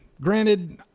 granted